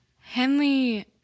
Henley